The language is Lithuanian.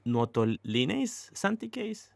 nuotoliniais santykiais